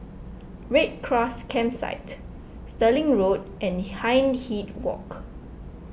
Red Cross Campsite Stirling Road and Hindhede Walk